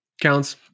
counts